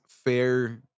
fair